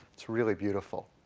it's really beautiful.